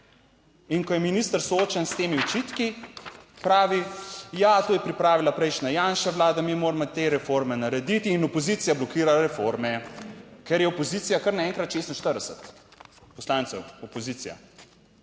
In ko je minister soočen s temi očitki pravi, ja, to je pripravila prejšnja Janševa Vlada, mi moramo te reforme narediti in opozicija blokira reforme, ker je opozicija kar naenkrat 46 poslancev, opozicija.